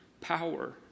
power